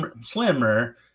slimmer